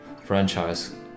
franchise